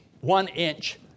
one-inch